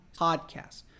Podcast